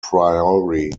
priory